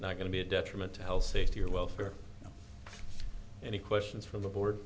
not going to be a detriment to health safety or welfare or any questions for the board